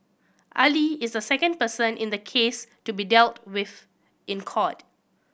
Ali is the second person in the case to be dealt with in court